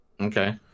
Okay